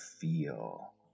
feel